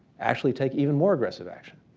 actually take even more aggressive action.